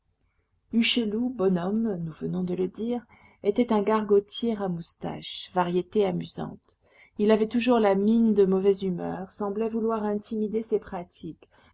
hucheloup bonhomme nous venons de le dire était un gargotier à moustaches variété amusante il avait toujours la mine de mauvaise humeur semblait vouloir intimider ses pratiques